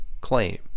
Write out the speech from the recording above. claim